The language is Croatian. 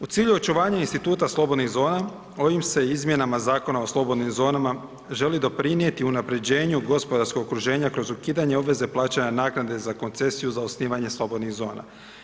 U cilju očuvanja instituta slobodnih zona, ovim se izmjenama Zakona o slobodnim zonama želi doprinijeti unaprjeđenju gospodarskog okruženja kroz ukidanje obveze plaćanja naknade za koncesiju za osnivanje slobodnih zona.